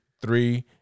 three